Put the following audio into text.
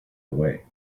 away